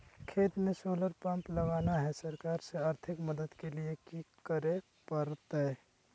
खेत में solar pump लगाना है, सरकार से आर्थिक मदद के लिए की करे परतय?